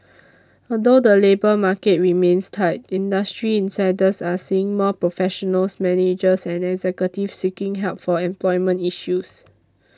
although the labour market remains tight industry insiders are seeing more professionals managers and executives seeking help for employment issues